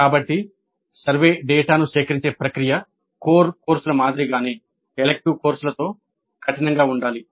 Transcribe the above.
కాబట్టి సర్వే డేటాను సేకరించే ప్రక్రియ కోర్ కోర్సుల మాదిరిగానే ఎలిక్టివ్ కోర్సులతో కఠినంగా ఉండాలి